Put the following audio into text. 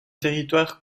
territoire